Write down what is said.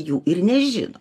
jų ir nežino